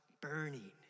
burning